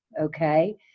Okay